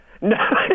No